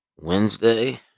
Wednesday